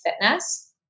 fitness